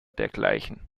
dergleichen